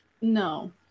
No